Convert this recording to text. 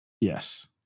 Yes